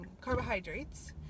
Carbohydrates